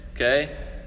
Okay